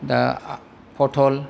दा फथल